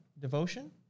Devotion